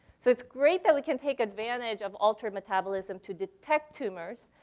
so it's great that we can take advantage of altered metabolism to detect tumors,